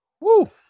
Woo